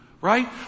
Right